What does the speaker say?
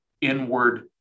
inward